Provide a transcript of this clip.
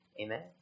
Amen